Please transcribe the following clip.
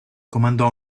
comandò